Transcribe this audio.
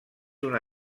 una